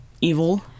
evil